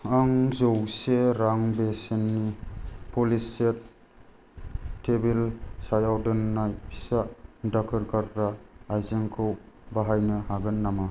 आं जौसे रां बेसेननि पलिसेट टेबोल सायाव दोननाय फिसा दाखोर गारग्रा आयजेंखौ बायनो हागोन नामा